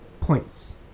points